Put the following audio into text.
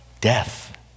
death